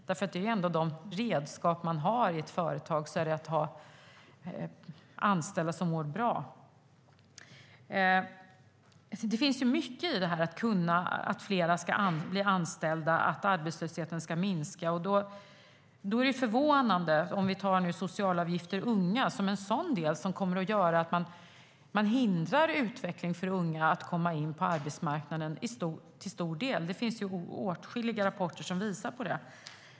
Det är de redskap man har i ett företag: anställda som mår bra. Det finns mycket i detta. Fler ska kunna bli anställda, och arbetslösheten ska minska. Då är det förvånande att man gör som nu. Vi kan ta sociala avgifter för unga som en del som kommer att göra att man till stor del hindrar utvecklingen för unga när det gäller att komma in på arbetsmarknaden. Det finns åtskilliga rapporter som visar på det.